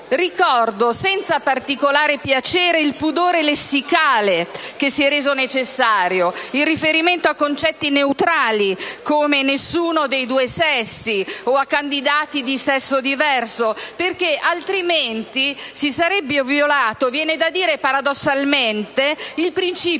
Ricordo - senza particolare piacere - il «pudore lessicale» che si è reso necessario, il riferimento a concetti neutrali come «nessuno dei due sessi» o a «candidati di sesso diverso», perché altrimenti si sarebbe violato - viene da dire paradossalmente - il principio